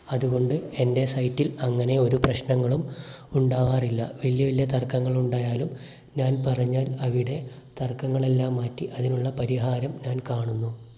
അതുകൊണ്ട് എൻ്റെ സൈറ്റിൽ അങ്ങനെ ഒരു പ്രശ്നങ്ങളും ഉണ്ടാവാറില്ല വലിയ വലിയ തർക്കങ്ങൾ ഉണ്ടായാലും ഞാൻ പറഞ്ഞാൽ അവിടെ തർക്കങ്ങൾ എല്ലാം മാറ്റി അതിനുള്ള പരിഹാരം ഞാൻ കാണുന്നു